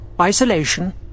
Isolation